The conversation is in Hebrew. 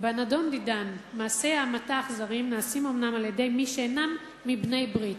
"בנדון דידן מעשי המתה אכזרים נעשים אומנם על-ידי מי שאינם מבני ברית,